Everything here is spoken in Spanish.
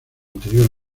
anterior